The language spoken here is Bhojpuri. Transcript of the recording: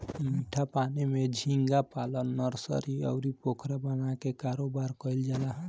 मीठा जल में झींगा पालन नर्सरी, अउरी पोखरा बना के कारोबार कईल जाला